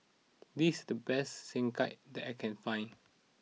this's the best Sekihan that I can find